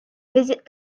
visit